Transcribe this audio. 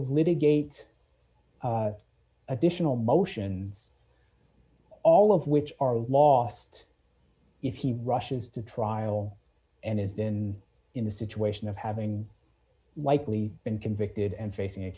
litigate additional motions all of which are lost if he rushes to trial and is then in the situation of having likely been convicted and facing a